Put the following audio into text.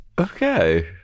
Okay